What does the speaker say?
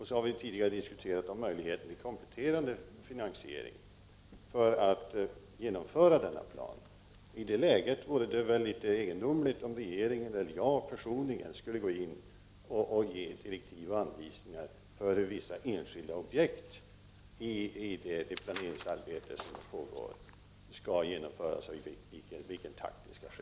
Vi har tidigare diskuterat möjligheterna till kompletterande finansiering för att genomföra denna plan. I det läget vore det väl litet egendomligt, om regeringen eller jag personligen skulle gå in och ge direktiv och anvisningar för hur vissa enskilda objekt i det planeringsarbete som pågår skall genomföras och i vilken takt det skall ske.